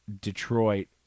Detroit